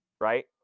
right